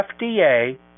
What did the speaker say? FDA